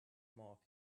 mark